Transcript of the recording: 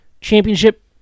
championship